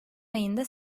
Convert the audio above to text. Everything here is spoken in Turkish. ayında